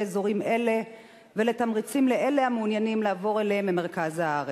אזורים אלה ולתמריצים לאלה המעוניינים לעבור אליהם ממרכז הארץ.